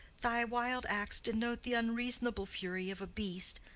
thy wild acts denote the unreasonable fury of a beast.